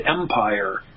empire